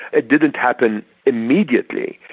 it didn't happen immediately,